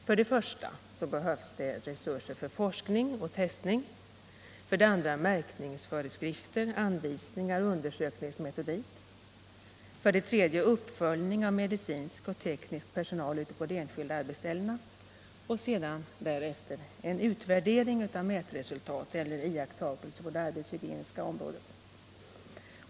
För det första behövs resurser för forskning och testning, för det andra märkningsföreskrifter, anvisningar och undersökningsmetodik, för det tredje uppföljning av medicinsk och teknisk personal ute på de enskilda arbetsställena och därefter en utvärdering av mätresultat eller iakttagelser på det arbetshygieniska området.